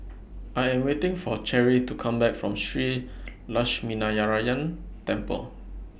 I Am waiting For Cherrie to Come Back from Shree Lakshminarayanan Temple